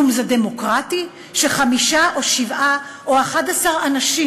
כלום זה דמוקרטי שחמישה או שבעה או 11 אנשים,